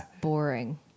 boring